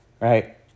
Right